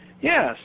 Yes